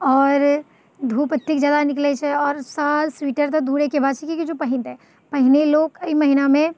आओर धूप एतेक जादा निकलैत छै आओर साल स्वीटर तऽ दूरेके बात छै किएकि जे पहिरतै पहिने लोक एहि महिनामे